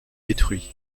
détruit